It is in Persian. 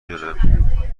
دونه